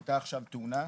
הייתה עכשיו תאונה,